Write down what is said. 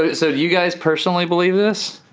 ah so do you guys personally believe this?